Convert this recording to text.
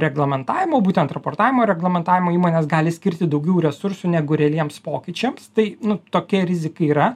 reglamentavimo būtent raportavimo reglamentavimo įmonės gali skirti daugiau resursų negu realiems pokyčiams tai nu tokia rizika yra